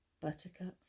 buttercups